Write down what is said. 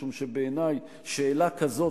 משום שבעיני שאלה כזאת,